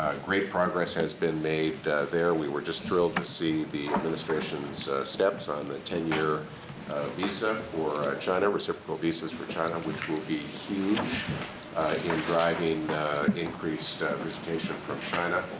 great progress has been made there. we were just thrilled to see the administration's steps on the ten-year visa for china, reciprocal visa's for china, which will be huge in driving increased visitation from china.